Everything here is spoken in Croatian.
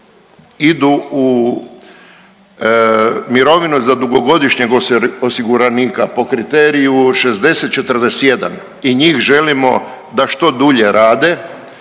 idu u mirovinu za dugogodišnjeg osiguranika po kriteriju 60 41 i njih želimo da što dulje rade